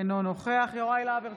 אינו נוכח יוראי להב הרצנו,